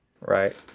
right